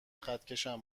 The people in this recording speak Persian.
خطکشم